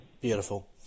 Beautiful